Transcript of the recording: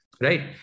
right